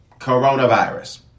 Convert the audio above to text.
coronavirus